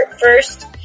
first